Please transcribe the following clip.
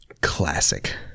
classic